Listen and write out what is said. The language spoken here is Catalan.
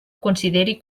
consideri